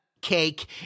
cake